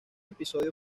episodio